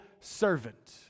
servant